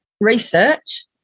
research